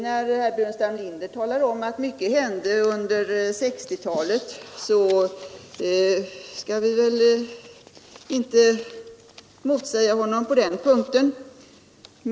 Herr Burenstam Linder sade att mycket hände under 1960-talet, och jag skall inte motsäga honom på den punkten.